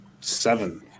seven